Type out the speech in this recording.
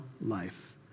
life